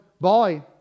boy